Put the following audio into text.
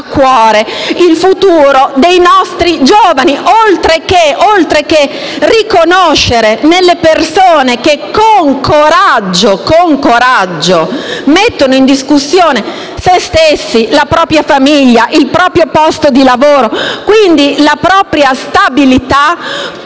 il futuro dei nostri giovani, oltre che riconoscere il merito delle persone che con coraggio mettono in discussione sé stessi, la propria famiglia, il proprio posto di lavoro, quindi la propria stabilità, pur